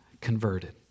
converted